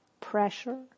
pressure